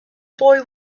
boy